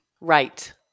Right